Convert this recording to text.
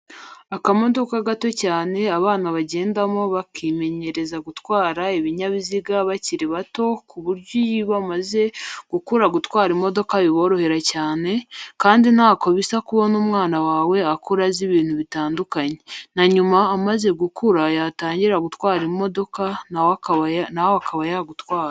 Akamodoka gato cyane abana bagendamo bakimenyereza gutwara ibinyabiziga bakiri bato ku buryo iyi bamaze gukura gutwara imodoka biborohera cyane, kandi ntako bisa kubona umwana wawe akura azi ibintu bitandukanye, na nyuma amaze gukura yatangira gutwara imodoka, nawe akaba yagutwara.